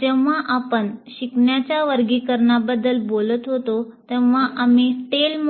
जेव्हा आपण शिकण्याच्या वर्गीकरणाबद्दल बोलत होतो तेव्हा आम्ही टेल